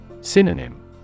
Synonym